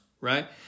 right